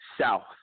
South